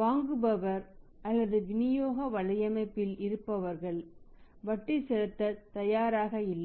வாங்குபவர் அல்லது விநியோக வலையமைப்பில் இருப்பவர்கள் வட்டிசெலுத்தத் தயாராக இல்லை